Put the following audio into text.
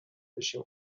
داشتیم